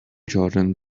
jordan